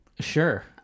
Sure